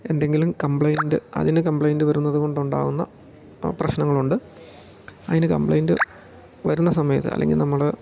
എന്തെങ്കിലും കംപ്ലൈൻറ്റ് അതിൽ കംപ്ലൈൻറ്റ് വരുന്നത് കൊണ്ടുണ്ടാകുന്ന പ്രശ്നങ്ങൾ ഉണ്ട് അതിന് കംപ്ലൈയിൻറ്റ് വരുന്ന സമയത്ത് അല്ലെങ്കിൽ നമ്മൾ